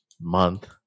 month